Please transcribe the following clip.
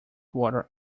water